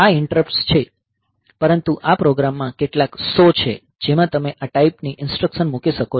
આ ઇન્ટરપ્ટ્સ છે પરંતુ આ પ્રોગ્રામમાં કેટલાક સો છે જેમાં તમે આ ટાઈપ ની ઈન્સ્ટ્રકશન મૂકી શકો છો